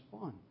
fun